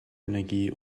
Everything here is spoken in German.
energie